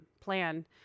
plan